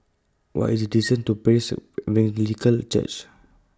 What IS The distance to Praise Evangelical Church